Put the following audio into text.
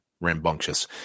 rambunctious